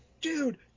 dude